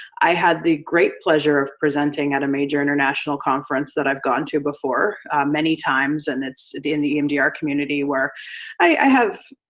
i had the great pleasure of presenting at a major international conference that i've gone to before many times, and it's in the emdr community, where i have,